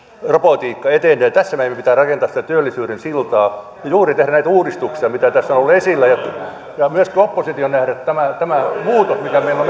robotiikka etenee tässä meidän pitää rakentaa sitä työllisyyden siltaa ja juuri tehdä näitä uudistuksia mitä tässä on ollut esillä hyvä on myöskin opposition nähdä tämä muutos mikä meillä